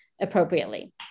appropriately